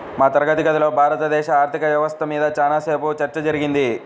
మా తరగతి గదిలో భారతదేశ ఆర్ధిక వ్యవస్థ మీద చానా సేపు చర్చ జరిగింది